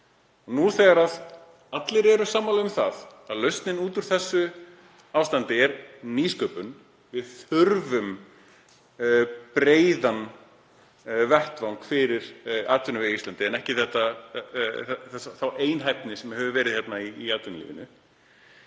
Nú, þegar allir eru sammála um að lausnin út úr þessu ástandi sé nýsköpun og að við þurfum breiðan vettvang fyrir atvinnuvegi á Íslandi en ekki þá einhæfni sem verið hefur í atvinnulífinu,